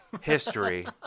history